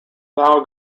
luo